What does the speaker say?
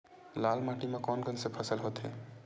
लाल माटी म कोन कौन से फसल होथे?